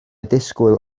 disgwyl